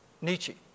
Nietzsche